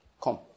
Come